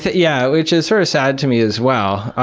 but yeah which is sort of sad to me as well.